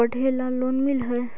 पढ़े ला लोन मिल है?